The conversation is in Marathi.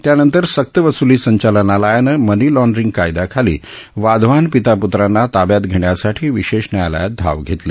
त्यानंतर सक्तवस्ली संचालनालयानं मनीलाँड्रिंग कायद्याखाली वाधवान पिता पुत्रांना ताब्यात घेण्यासाठी विशेष न्यायालयात धाव घेतली